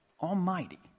Almighty